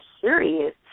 serious